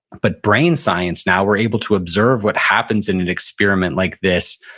but brain science now, we're able to observe what happens in an experiment like this.